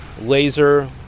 laser